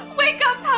wake up,